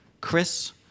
Chris